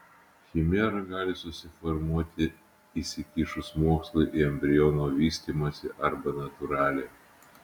chimera gali susiformuoti įsikišus mokslui į embriono vystymąsi arba natūraliai